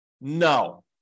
No